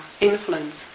influence